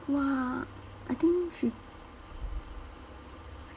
!wah! I think she